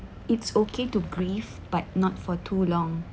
it's okay to grief but not for too long